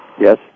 Yes